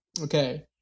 Okay